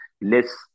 less